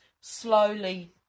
slowly